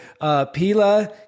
Pila